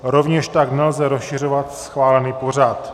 Rovněž tak nelze rozšiřovat schválený pořad.